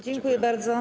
Dziękuję bardzo.